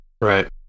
Right